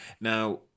Now